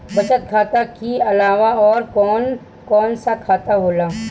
बचत खाता कि अलावा और कौन कौन सा खाता होला?